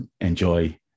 enjoy